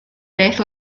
beth